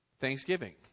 Thanksgiving